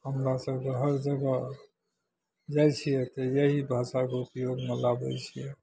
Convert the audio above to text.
हमरा सबके हर जगह जाइ छियै तऽ यही भाषाके ऊपयोगमे लाबै छियै